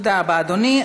תודה רבה, אדוני.